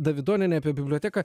davidonienė apie biblioteką